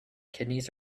kidneys